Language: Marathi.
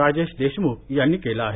राजेश देशम्ख यांनी केलं आहे